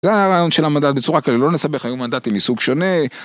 זה היה הרעיון של המנדט, בצורה כללית. לא נסבך... היו מנדטים מסוג שונה...